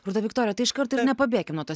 rūta viktorija tai iš karto ir nepabėkim nuo tos